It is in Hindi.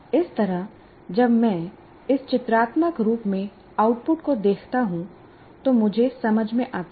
इस तरह जब मैं इस चित्रात्मक रूप में आउटपुट को देखता हूं तो मुझे समझ में आता है